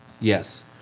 Yes